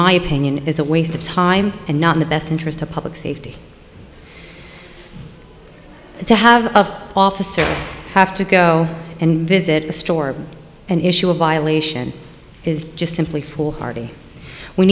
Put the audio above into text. my opinion is a waste of time and not in the best interest of public safety to have of officers have to go and visit a store and issue a violation is just simply foolhardy we